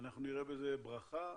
אנחנו נראה בזה ברכה,